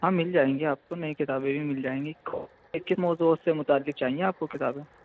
ہاں مل جائیں گی آپ کو نئی کتابیں بھی مل جائیں گی کس موضوعوں سے متعلق چاہیے آپ کو کتابیں